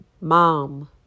mom